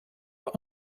nur